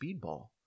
speedball